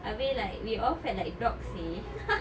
abeh like we all felt like dogs seh